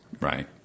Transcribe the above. Right